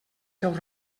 seus